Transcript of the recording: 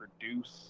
produce